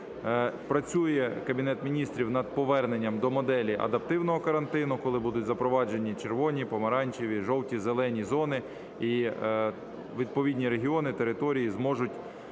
працює Кабінет Міністрів над поверненням до моделі адаптивного карантину, коли будуть запроваджені "червоні", "помаранчеві", "жовті", "зелені" зони і відповідні регіони, території зможуть